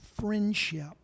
friendship